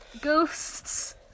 Ghosts